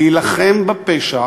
להילחם בפשע,